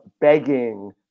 begging